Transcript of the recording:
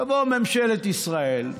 תבוא ממשלת ישראל,